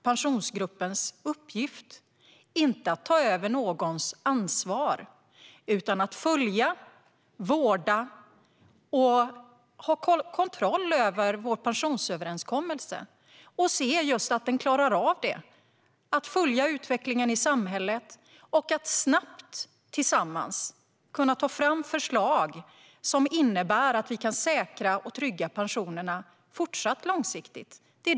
Pensionsgruppens uppgift är inte att ta över någons ansvar utan att följa, vårda och ha kontroll över vår pensionsöverenskommelse. Den ska följa utvecklingen i samhället och snabbt kunna ta fram förslag som innebär att pensionerna kan fortsätta att säkras och tryggas långsiktigt.